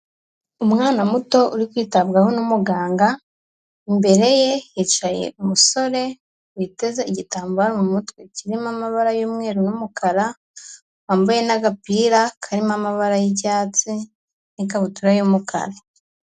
Umwana muto uri kwitabwaho n'umuganga, imbere ye hicaye umusore witeze igitambaro mu mutwe, kirimo amabara y'umweru n'umukara, wambaye n'agapira karimo amabara y'icyatsi n'ikabutura y'umukara.